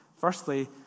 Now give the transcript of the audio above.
Firstly